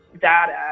data